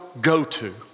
go-to